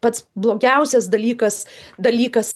pats blogiausias dalykas dalykas